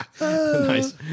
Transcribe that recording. Nice